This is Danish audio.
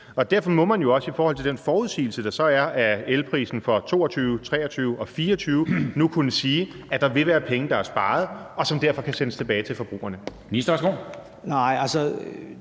derfor må man jo også i forhold til den forudsigelse, der så er af elprisen for 2022, 2023 og 2024, nu kunne sige, at der vil være penge, der er sparet, og som derfor kan sendes tilbage til forbrugerne.